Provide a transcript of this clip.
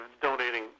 donating